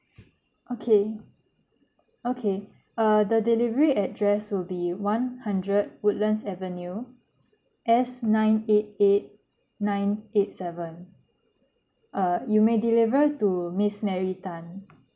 okay okay uh the delivery address will be one hundred woodlands avenue S nine eight eight nine eight seven uh you may deliver to miss mary tan